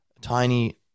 tiny